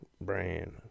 Brand